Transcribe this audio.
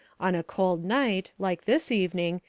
on a cold night, like this evening,